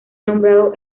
nombrado